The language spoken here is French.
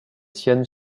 siennes